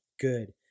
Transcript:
good